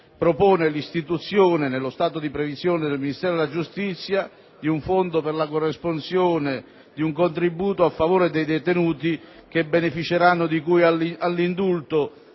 propongono l'istituzione, nello stato di previsione del Ministero della giustizia, di un fondo per la corresponsione di un contributo a favore dei detenuti che beneficeranno dell'indulto